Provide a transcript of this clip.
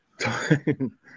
time